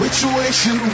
Situation